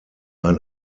ein